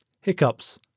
hiccups